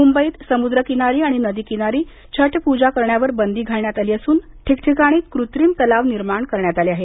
मुंबईत समुद्रकिनारी आणि नदी किनारी छठ पूजा करण्यावर बंदी घालण्यात आली असून ठिकठीकाणी कृत्रिम तलाव निर्माण करण्यात आले आहेत